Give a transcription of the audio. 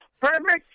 perfect